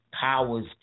powers